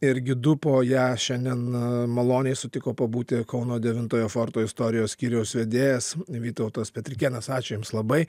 ir gidu po ją šiandien maloniai sutiko pabūti kauno devintojo forto istorijos skyriaus vedėjas vytautas petrikėnas ačiū jums labai